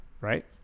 Right